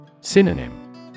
Synonym